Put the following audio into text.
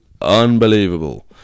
unbelievable